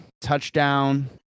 touchdown